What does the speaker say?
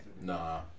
Nah